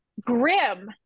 grim